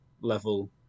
level